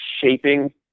shaping